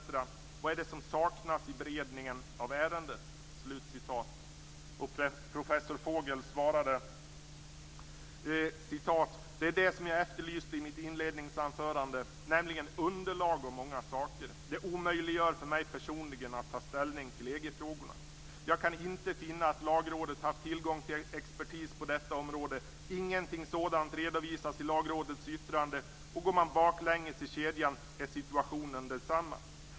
Vad är det som saknas i beredningen av ärendet?" Professor Vogel svarade: "Det är det som jag efterlyste i mitt inledningsanförande, nämligen underlag om många saker. Det omöjliggör för mig personligen att ta ställning till EG-frågorna. Jag kan inte finna att Lagrådet haft tillgång till expertis på detta område. Ingenting sådant redovisas i Lagrådets yttrande, och går man baklänges i kedjan är situationen densamma.